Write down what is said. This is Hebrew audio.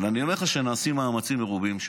אבל אני אומר לך שנעשים שם מאמצים מרובים.